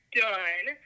done